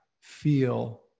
feel